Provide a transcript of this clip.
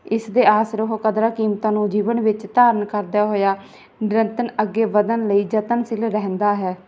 ਇਸ ਦੇ ਆਸਰੇ ਉਹ ਕਦਰਾਂ ਕੀਮਤਾਂ ਨੂੰ ਜੀਵਨ ਵਿੱਚ ਧਾਰਨ ਕਰਦਾ ਹੋਇਆ ਨਿਰੰਤਰ ਅੱਗੇ ਵਧਣ ਲਈ ਯਤਨਸ਼ੀਲ ਰਹਿੰਦਾ ਹੈ